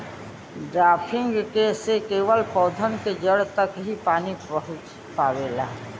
drafting से केवल पौधन के जड़ तक ही पानी पहुँच पावेला